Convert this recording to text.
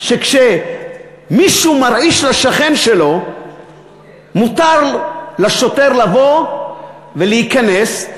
שכשמישהו מרעיש לשכן שלו מותר לשכן לבוא ולהיכנס,